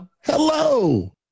Hello